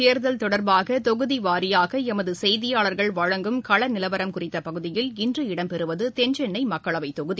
தேர்தல் தொடர்பாகதொகுதிவாரியாகஎமதுசெய்தியாளர்கள் மக்களவைத் வழங்கும் களநிலவரம் குறித்தபகுதியில் இன்று இடம்பெறுவதுதென்சென்னைமக்களவைத் தொகுதி